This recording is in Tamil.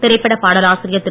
திரைப்பட பாடலாசிரியர் திரு